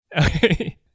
Okay